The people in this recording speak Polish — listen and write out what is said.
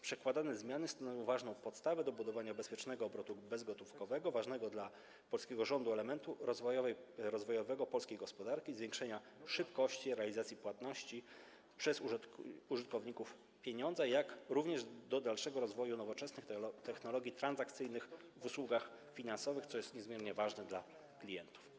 Przedkładane zmiany stanowią ważną podstawę do budowania bezpiecznego obrotu bezgotówkowego, ważnego dla polskiego rządu elementu rozwojowego polskiej gospodarki, zwiększenia szybkości realizacji płatności przez użytkowników pieniądza, jak również do dalszego rozwoju nowoczesnych technologii transakcyjnych w usługach finansowych, co jest niezmiennie ważne dla klientów.